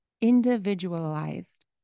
individualized